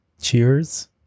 Cheers